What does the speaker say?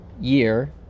year